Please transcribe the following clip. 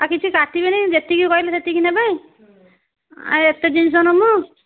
ଆଉ କିଛି କାଟିବେନି ଯେତିକି କହିଲେ ସେତିକି ନେବେ ଆ ଏତେ ଜିନିଷ ନବୁ